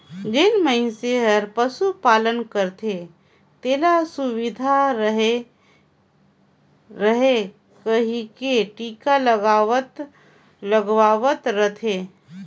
जेन मइनसे हर पसु पालन करथे तेला सुवस्थ रहें कहिके टिका लगवावत रथे